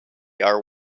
are